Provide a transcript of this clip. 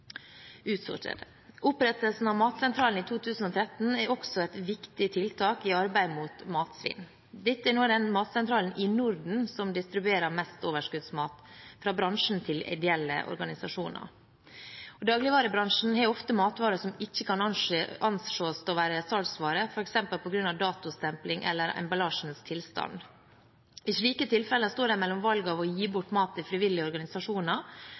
Opprettelsen av Matsentralen i 2013 er også et viktig tiltak i arbeidet mot matsvinn. Dette er nå den matsentralen i Norden som distribuerer mest overskuddsmat fra bransjen til ideelle organisasjoner. Dagligvarebransjen har ofte matvarer som ikke kan anses å være salgsvarer, f.eks. på grunn av datostempling eller emballasjens tilstand. I slike tilfeller står det mellom valget å gi bort mat til frivillige organisasjoner